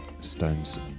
Stones